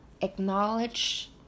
Acknowledge